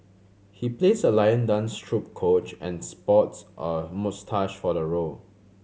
he plays a lion dance troupe coach and sports a moustache for the role